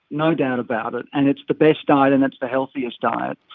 no doubt about it, and it's the best diet and it's the healthiest diet.